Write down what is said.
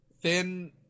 Thin